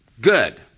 good